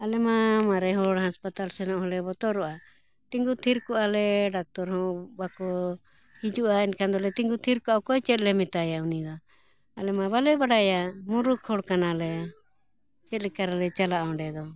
ᱟᱞᱮ ᱢᱟ ᱢᱟᱨᱮ ᱦᱚᱲ ᱦᱟᱥᱯᱟᱛᱟᱞ ᱥᱮᱱᱚᱜ ᱦᱚᱸᱞᱮ ᱵᱚᱛᱚᱨᱚᱜᱼᱟ ᱛᱤᱸᱜᱩ ᱛᱷᱤᱨ ᱠᱚᱜ ᱟᱞᱮ ᱰᱟᱠᱛᱚᱨ ᱦᱚᱸ ᱵᱟᱠᱚ ᱦᱤᱡᱩᱜᱼᱟ ᱮᱱᱠᱷᱟᱱ ᱫᱚᱞᱮ ᱛᱤᱸᱜᱩ ᱛᱷᱤᱨ ᱠᱚᱜ ᱚᱠᱚᱭ ᱪᱮᱫᱞᱮ ᱢᱮᱛᱟᱭᱟ ᱩᱱᱤ ᱫᱚ ᱟᱞᱮ ᱢᱟ ᱵᱟᱞᱮ ᱵᱟᱰᱟᱭᱟ ᱢᱩᱨᱩᱠ ᱦᱚᱲ ᱠᱟᱱᱟᱞᱮ ᱪᱮᱫ ᱞᱮᱠᱟ ᱨᱮᱞᱮ ᱪᱟᱞᱟᱜᱼᱟ ᱚᱸᱰᱮ ᱫᱚ